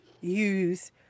use